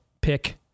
pick